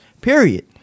period